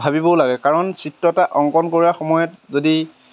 ভাবিবও লাগে কাৰণ চিত্ৰ এটা অংকন কৰাৰ সময়ত যদি